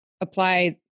apply